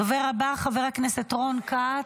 הדובר הבא, חבר הכנסת רון כץ.